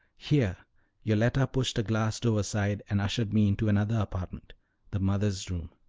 here yoletta pushed a glass door aside and ushered me into another apartment the mother's room.